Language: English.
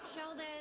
Sheldon